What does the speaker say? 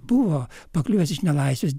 buvo pakliuvęs iš nelaisvės